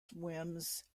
swims